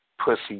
Pussy